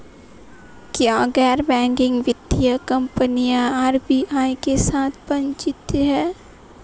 क्या गैर बैंकिंग वित्तीय कंपनियां आर.बी.आई के साथ पंजीकृत हैं?